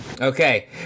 Okay